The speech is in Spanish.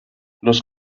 los